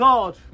God